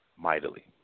Mightily